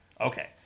Okay